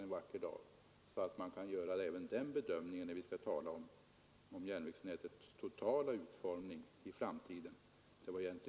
Detta måste ske för att vi skall kunna göra även den bedömningen när vi i framtiden skall tala om järnvägsnätets totala utformning.